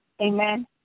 amen